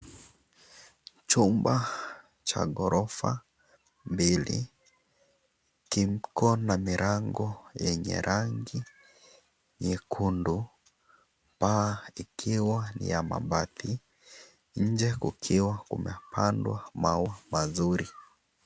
Chumba cha ghorofa mbili kiko na milango yenye rangi nyekundu paa ikiwa ni ya mabati, nje kukiwa kumepandwa maua mazuri.